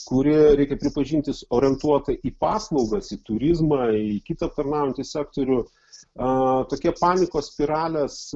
kurie reikia pripažinti orientuota į paslaugas į turizmą į kitą aptarnaujantį sektorių a tokie panikos spiralės